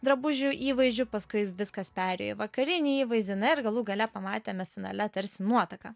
drabužių įvaizdžių paskui viskas perėjo į vakarinį įvaizdį na ir galų gale pamatėme finale tarsi nuotaką